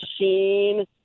machine